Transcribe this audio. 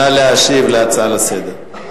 נא להשיב על ההצעה לסדר-היום.